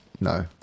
No